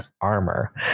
armor